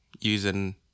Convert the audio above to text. using